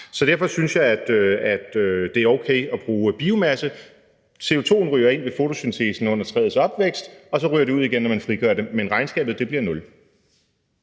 Derfor synes jeg, det er okay at bruge biomasse. CO2'en ryger ind ved fotosyntesen under træets opvækst, og så ryger det ud igen, når man frigør det, men regnskabet bliver nul.